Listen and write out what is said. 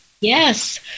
yes